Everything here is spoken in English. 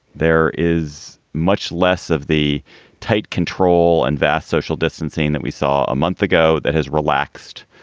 there is much less of the tight control and vast social distancing that we saw a month ago that has relaxed.